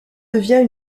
devient